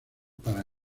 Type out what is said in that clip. para